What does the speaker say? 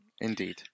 indeed